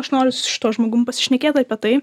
aš noriu su šituo žmogum pasišnekėt apie tai